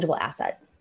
asset